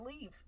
leave